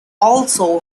also